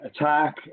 attack